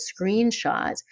screenshot